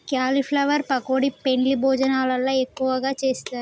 cauliflower pakodi పెండ్లి భోజనాలల్ల ఎక్కువగా చేస్తారు